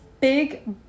big